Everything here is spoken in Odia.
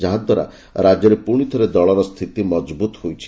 ଯାହାଦ୍ୱାରା ରାଜ୍ୟରେ ପୁଣି ଥରେ ଦଳର ସ୍ଥିତି ମକବୁତ୍ ହୋଇଛି